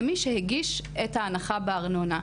למי שהגיש את ההנחה בארנונה.